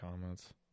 comments